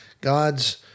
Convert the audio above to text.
God's